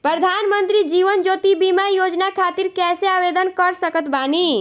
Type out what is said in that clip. प्रधानमंत्री जीवन ज्योति बीमा योजना खातिर कैसे आवेदन कर सकत बानी?